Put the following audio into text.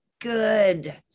good